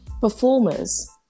performers